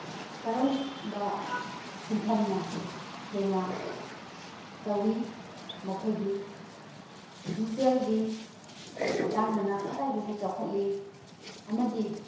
ꯀꯔꯝꯕ ꯁꯤꯟꯐꯝꯅ ꯍꯦꯟꯅ ꯇꯧꯋꯤ ꯃꯈꯣꯏꯒꯤ ꯗꯤꯖꯤꯇꯦꯜꯒꯤ ꯃꯇꯥꯡꯗꯅ ꯀꯗꯥꯏ ꯐꯥꯎꯕ ꯆꯥꯎꯈꯠꯂꯤ